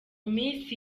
misi